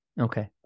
Okay